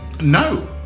No